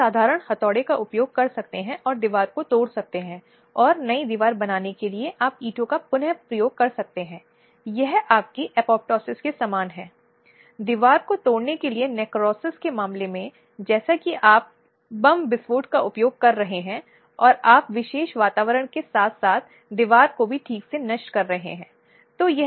slide समय देखें 1207 अब बलात्कार या बलात्कार के प्रयास के मामले में किसी भी परिस्थिति में समझौता करने की अवधारणा को वास्तव में नहीं माना जा सकता है